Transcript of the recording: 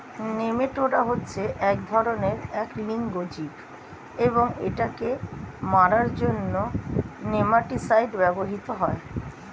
nematoda হচ্ছে এক ধরণের এক লিঙ্গ জীব এবং এটাকে মারার জন্য নেমাটিসাইড ব্যবহৃত হয়